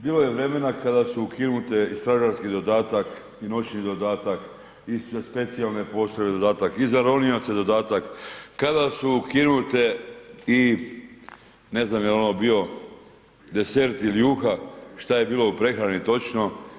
Bilo je vremena kada su ukinute i stražarski dodatak i noćni dodatak i sve specijalne postrojbe dodatak i za ronioce dodatak, kada su ukinute i, ne znam je li ono bio desert ili juha, što je bilo u prehrani točno.